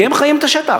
כי הם חיים את השטח.